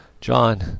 John